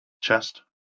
chest